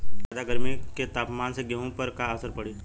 ज्यादा गर्मी के तापमान से गेहूँ पर का असर पड़ी?